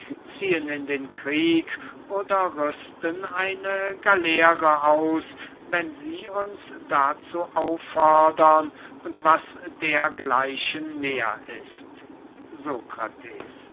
ziehen in den krieg oder rüsten eine galeere aus wenn sie uns dazu auffordern und was dergleichen mehr ist